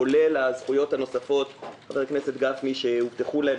כולל הזכויות הנוספות שהובטחו להם,